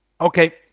Okay